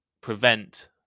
prevent